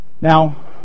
Now